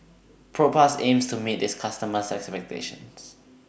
Propass aims to meet its customers' expectations